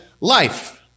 life